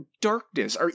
darkness